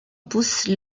pousse